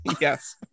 Yes